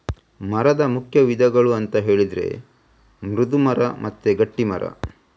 ಮರದ ಮುಖ್ಯ ವಿಧಗಳು ಅಂತ ಹೇಳಿದ್ರೆ ಮೃದು ಮರ ಮತ್ತೆ ಗಟ್ಟಿ ಮರ